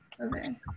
okay